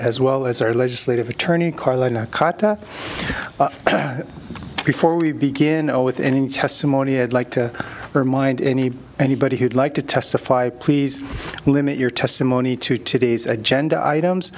as well as our legislative attorney carlo nakata but before we begin with any testimony i'd like to remind any anybody who'd like to testify please limit your testimony to today's agenda items